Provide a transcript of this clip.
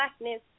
blackness